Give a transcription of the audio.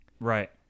right